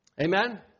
Amen